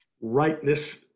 rightness